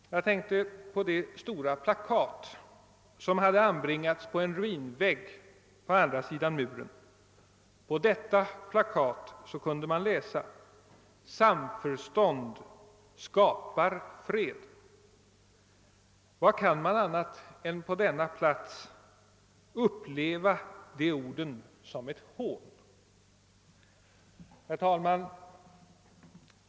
Jag tänkte på det stora plakat, som hade anbringats på en ruinvägg på andra sidan muren. På detta plakat kunde man läsa: Samförstånd skapar fred. Vad kan man annat än på denna plats uppleva de orden som ett hån. Herr talman!